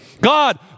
God